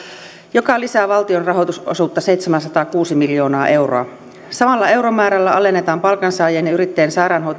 mikä lisää valtion rahoitusosuutta seitsemänsataakuusi miljoonaa euroa samalla euromäärällä alennetaan palkansaajien ja yrittäjien